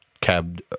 cab